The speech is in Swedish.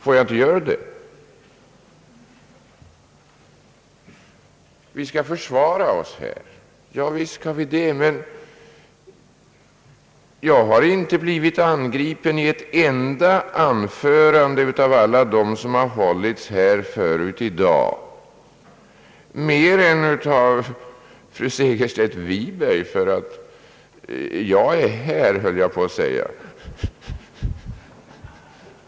Visst skall vi försvara oss i riksdagen, men jag har inte blivit angripen i ett enda anförande av alla dem som hållits i denna kammare förut i dag mer än i det anförande som fru Segerstedt Wiberg höll — för att jag är här, höll jag på att säga.